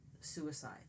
suicide